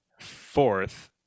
Fourth